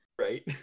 Right